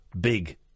Big